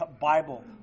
Bible